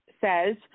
says